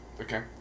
okay